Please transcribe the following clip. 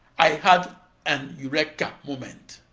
i had an eureka! moment.